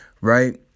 right